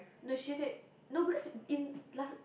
no she said no because in last